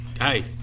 Hey